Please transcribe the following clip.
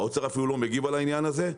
האוצר אפילו לא מגיב על העניין הזה,